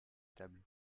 table